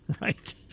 Right